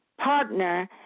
partner